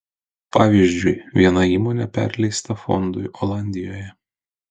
pavyzdžiui viena įmonė perleista fondui olandijoje